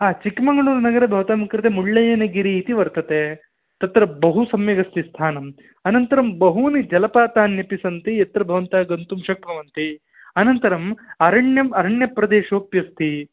चिक्कमङ्गळूरुनगरे भवतां कृते मुळ्ळय्यनगिरि इति वर्तते तत्र बहु सम्यगस्ति स्थानम् अनन्तरं बहूनि जलपातान्यपि सन्ति यत्र भवन्तः गन्तुं शक्नुवन्ति अनन्तरम् अरण्यम् अरण्यप्रदेशोप्यस्ति